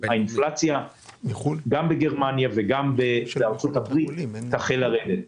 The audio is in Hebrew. האינפלציה גם בגרמניה וגם בארצות הברית תחל לרדת.